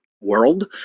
world